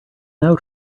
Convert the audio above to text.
now